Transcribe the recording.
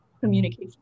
communication